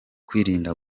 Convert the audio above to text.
kwirinda